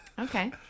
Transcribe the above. Okay